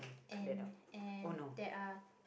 and and there are